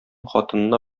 хатынына